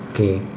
okay